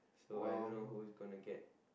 so I don't know who is going to get